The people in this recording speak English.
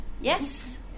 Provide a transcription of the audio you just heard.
Yes